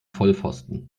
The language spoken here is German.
vollpfosten